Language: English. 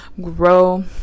grow